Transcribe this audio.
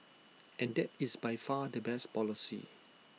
and that is by far the best policy